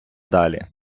далі